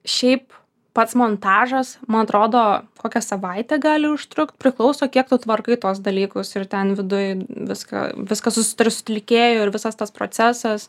šiaip pats montažas man atrodo kokią savaitę gali užtrukt priklauso kiek tu tvarkai tuos dalykus ir ten viduj viską viską susitari su atlikėju ir visas tas procesas